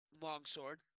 longsword